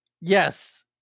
Yes